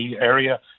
area